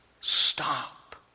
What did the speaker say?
stop